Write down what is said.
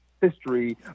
history